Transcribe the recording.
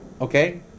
okay